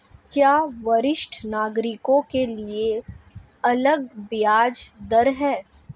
क्या वरिष्ठ नागरिकों के लिए अलग ब्याज दर है?